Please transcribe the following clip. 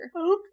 Okay